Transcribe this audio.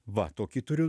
va tokį turiu